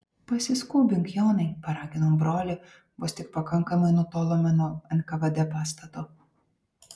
pasiskubink jonai paraginau brolį vos tik pakankamai nutolome nuo nkvd pastato